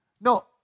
No